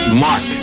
Mark